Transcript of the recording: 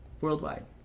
worldwide